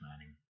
planning